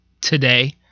today